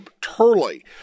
Turley